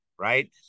right